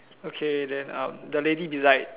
okay then uh the lady beside